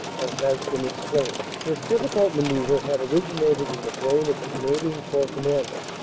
as has been explained, this difficult mana uvre had originated in the brain of the canadian corps commander.